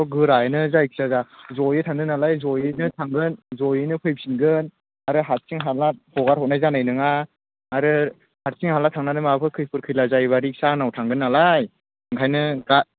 गोरायैनो जायखिजाया जयै थांदों नालाय जयैनो थांगोन जयैनो फैफिनगोन आरो हारसिं हाला हगारहरनाय जानाय नङा आरो हारसिं हाला थांनानै माबाफोर खैफोद खैला जायोला रिक्सया आंनाव थांगोन नालाय ओंखायनो दा